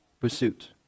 pursuit